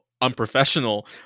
unprofessional